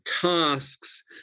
tasks